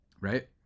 right